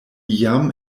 jam